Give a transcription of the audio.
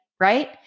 right